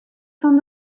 fan